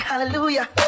Hallelujah